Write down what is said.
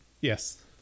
Yes